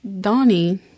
Donnie